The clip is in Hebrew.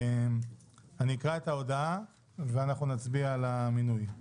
אני אקרא את ההודעה ואנחנו נצביע על המינוי.